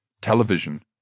Television